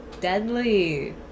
Deadly